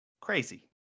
Crazy